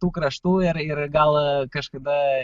tų kraštų ir ir gal kažkada